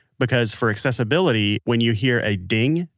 because, for accessibility, when you hear a ding,